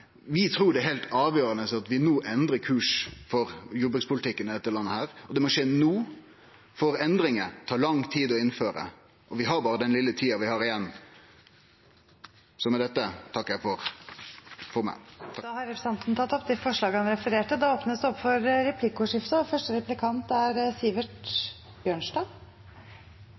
trur det er heilt avgjerande at vi no endrar kurs for jordbrukspolitikken i dette landet. Det må skje no, for det tar lang tid å innføre endringar, og vi har berre den litle tida vi har igjen. Med dette takkar eg for meg. Representanten Torgeir Knag Fylkesnes har tatt opp de forslagene han refererte til. Det blir replikkordskifte.